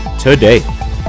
today